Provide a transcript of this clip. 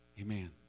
Amen